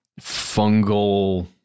fungal